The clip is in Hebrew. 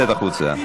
צא החוצה.